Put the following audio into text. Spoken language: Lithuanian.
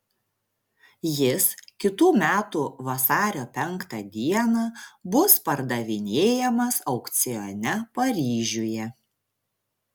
jis kitų metų vasario penktą dieną bus pardavinėjamas aukcione paryžiuje